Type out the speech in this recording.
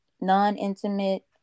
non-intimate